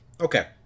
Okay